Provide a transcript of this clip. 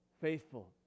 faithful